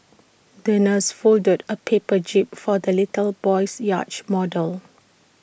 the nurse folded A paper jib for the little boy's yacht model